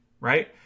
right